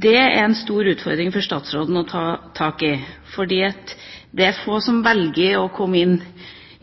Det er en stor utfordring for statsråden å ta tak i, for det er få som velger å komme inn